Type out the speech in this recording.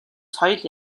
соёл